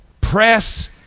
Press